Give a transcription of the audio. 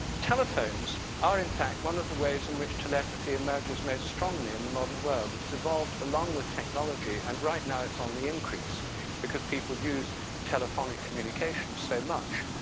telephones are in fact one of the ways in which telepathy emerges most strongly in the modern world. it's evolved along with technology and right now it's on the increase because people use telephonic communications so much.